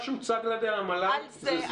מה שהוצג על ידי המל"ל זה, זה.